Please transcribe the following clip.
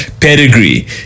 pedigree